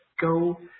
go